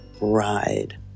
ride